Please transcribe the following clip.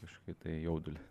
kažkokį tai jaudulį